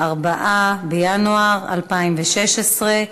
4 בינואר 2016,